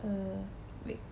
err wait